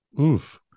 Oof